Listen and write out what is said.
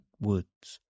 woods